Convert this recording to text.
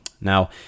Now